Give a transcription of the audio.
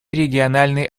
региональной